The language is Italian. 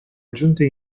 aggiunte